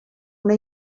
una